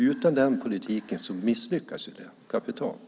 Utan den politiken misslyckas det kapitalt.